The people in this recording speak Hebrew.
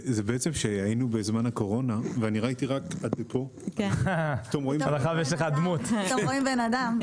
כשהיינו בזמן הקורונה ואני ראיתי רק עד לפה --- פתאום רואים בן אדם.